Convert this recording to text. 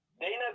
Dana